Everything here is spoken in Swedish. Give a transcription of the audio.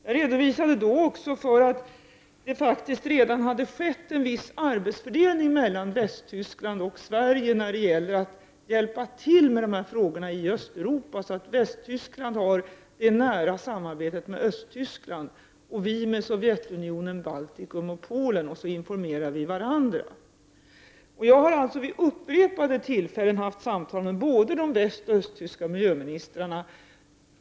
Jag redovisade vidare att det faktiskt redan hade skett en viss arbetsfördelning mellan Västtyskland och Sverige när det gäller att hjälpa till med dessa frågor i Östeuropa, så att Västtyskland hade det närmare samarbetet med Östtyskland och Sverige med Sovjet, Baltikum och Polen. Så informerar vi varandra, Jag har vid upprepade tillfällen haft samtal med både den västyske och den östtyske miljöministern.